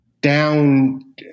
down